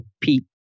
Pete